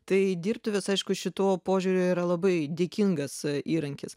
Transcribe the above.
tai dirbtuvės aišku šituo požiūriu yra labai dėkingas įrankis